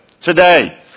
today